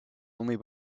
only